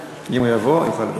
אם הוא יבוא הוא יוכל לדבר.